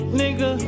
nigga